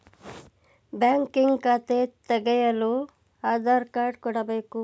banking ಖಾತೆ ತೆಗೆಯಲು Aadhaar card ಕೊಡಬೇಕು